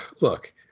Look